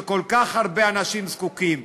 שכל כך הרבה אנשים זקוקים.